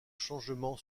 changements